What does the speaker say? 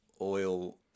oil